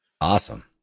awesome